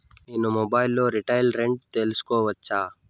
నేను మొబైల్ లో రీటైల్ రేట్లు తెలుసుకోవచ్చా?